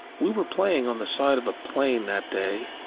we were playing on the side of a plain that day,